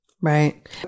Right